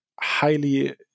highly